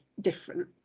different